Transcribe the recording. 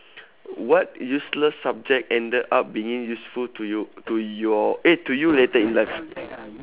what useless subject ended up being useful to you to your eh to you later in life